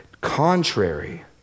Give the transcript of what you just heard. contrary